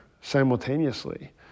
simultaneously